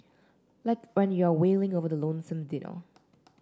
like when you're wailing over the lonesome dinner